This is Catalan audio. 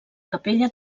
capella